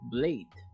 Blade